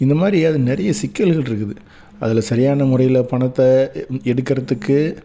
இந்தமாதிரி அது நிறைய சிக்கல்கள் இருக்குது அதில் சரியான முறையில் பணத்தை எடுக்கிறதுக்கு